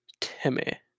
Timmy